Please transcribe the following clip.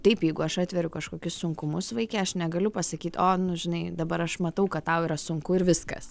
taip jeigu aš atveriu kažkokius sunkumus vaike aš negaliu pasakyt o nu žinai dabar aš matau kad tau yra sunku ir viskas